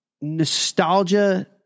nostalgia